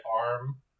arm